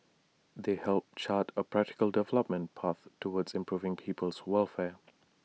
they help chart A practical development path towards improving people's welfare